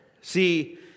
See